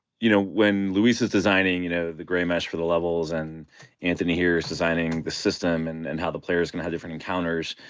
you know, when luis is designing, you know, the grey mesh for the levels and anthony here is designing the system and and how the players can have different encounters,